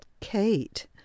Kate